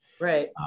Right